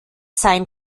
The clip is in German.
seien